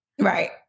Right